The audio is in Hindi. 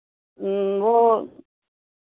वो